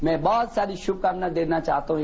में बहुत सारी शुभकामनाएं देना चाहता हूं